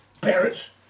parents